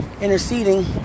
interceding